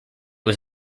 was